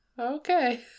Okay